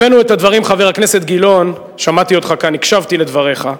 חבר הכנסת גילאון, שמעתי אותך כאן, הקשבתי לדבריך.